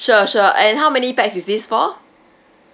sure sure and how many pax is this for